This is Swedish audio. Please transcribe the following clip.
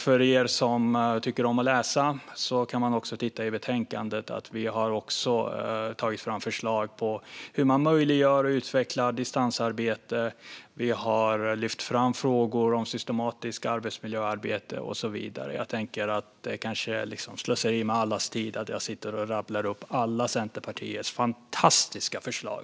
De som tycker om att läsa kan se i betänkandet att vi har tagit fram förslag på hur man möjliggör och utvecklar distansarbete. Vi har också lyft fram frågor om systematiskt arbetsmiljöarbete och så vidare. Det är kanske slöseri med allas tid, Magnus Persson, att jag står och rabblar upp alla Centerpartiets fantastiska förslag.